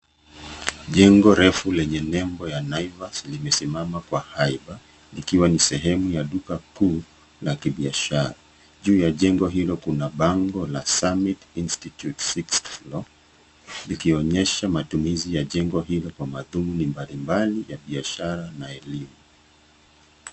Jengo refu lenye nembo ya naivas limesimama kwa haiba likiwa ni sehemu ya duka kuu la kibiashara. Juu ya jengo hilo kuna bango la summit institute 6th floor likionyesha matumizi ya jengo hilo kwa mathumni mbalimbli ya biashara na elimu.